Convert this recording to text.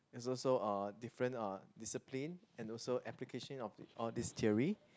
is also uh different uh discipline and also application of all these theory